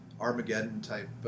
Armageddon-type